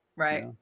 Right